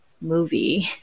movie